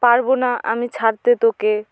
পারবো না আমি ছাড়তে তোকে